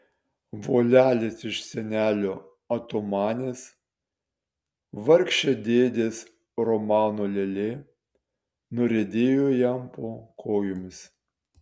volelis iš senelio otomanės vargšė dėdės romano lėlė nuriedėjo jam po kojomis